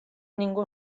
ningú